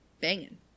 Banging